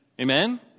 Amen